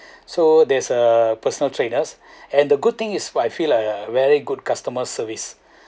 so there's a personal trainers and the good thing is what I feel like a very good customer service